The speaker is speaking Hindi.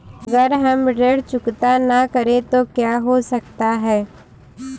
अगर हम ऋण चुकता न करें तो क्या हो सकता है?